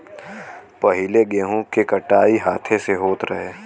पहिले गेंहू के कटाई हाथे से होत रहे